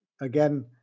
again